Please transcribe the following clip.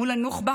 מול הנוח'בה